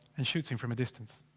and shoots him from a distance.